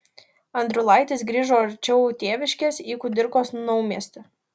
andriulaitis grįžo arčiau tėviškės į kudirkos naumiestį